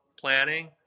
planning